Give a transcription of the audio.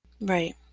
Right